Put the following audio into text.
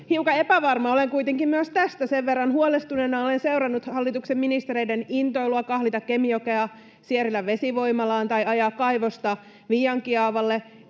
Hiukan epävarma olen kuitenkin myös tästä, sen verran huolestuneena olen seurannut hallituksen ministereiden intoilua kahlita Kemijokea Sierilän vesivoimalaan tai ajaa kaivosta Viiankiaavalle.